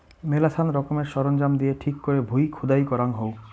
মেলাছান রকমের সরঞ্জাম দিয়ে ঠিক করে ভুঁই খুদাই করাঙ হউ